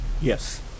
Yes